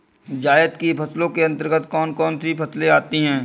जायद की फसलों के अंतर्गत कौन कौन सी फसलें आती हैं?